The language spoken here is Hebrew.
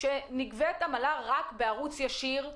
כשנגבית עמלה רק בערוץ ישיר,